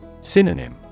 Synonym